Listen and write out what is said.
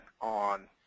on